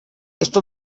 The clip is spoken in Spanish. esto